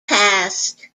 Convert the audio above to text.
passed